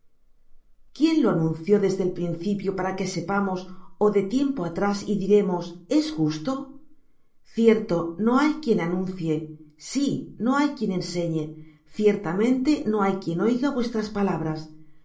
quién lo anunció desde el principio para que sepamos ó de tiempo atrás y diremos es justo cierto no hay quien anuncie sí no hay quien enseñe ciertamente no hay quien oiga vuestras palabras